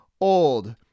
old